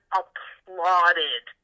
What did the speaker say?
applauded